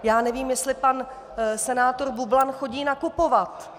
Já nevím, jestli pan senátor Bublan chodí nakupovat.